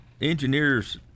engineers